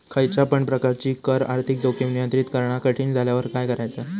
खयच्या पण प्रकारची कर आर्थिक जोखीम नियंत्रित करणा कठीण झाल्यावर काय करायचा?